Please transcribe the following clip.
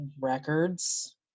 records